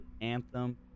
Anthem